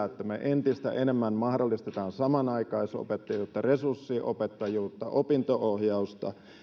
että me entistä enemmän mahdollistamme samanaikaisopettajuutta resurssiopettajuutta opinto ohjausta